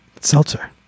Seltzer